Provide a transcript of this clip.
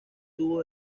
tubo